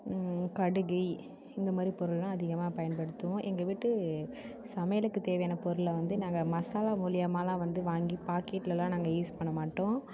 கடுகு இந்தமாதிரி பொருள்லாம் அதிகமாக பயன்படுத்துவோம் எங்கள் வீட்டு சமையலுக்கு தேவையான பொருளை வந்து நாங்கள் மசாலா மூலமாலாம் வாங்கி பாக்கெட்லலாம் நாங்கள் யூஸ் பண்ண மாட்டோம்